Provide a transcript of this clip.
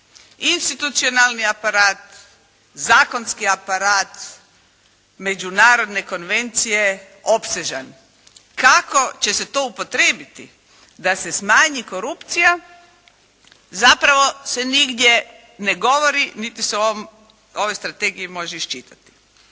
Institucionalni aparat, zakonski aparat, međunarodne konvencije opsežan. Kako će se to upotrijebiti da se smanji korupcija zapravo se nigdje ne govoriti niti se u ovoj strategiji može iščitati.